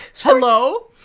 Hello